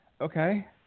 okay